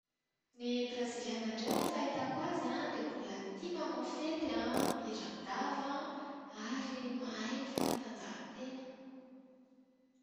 Ny braziliana indray raha ny fahitako azy dia olona tia manao fety an, miran-dava, ary mahay fanatanjahan-tena.